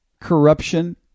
Corruption